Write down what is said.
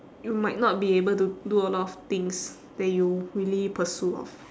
you might not be able to do a lot of things that you really pursue of